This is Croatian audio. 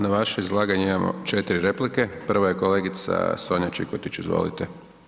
Na vaše izlaganje imamo 4 replike, prva je kolegica Sonja Čikotić, izvolite.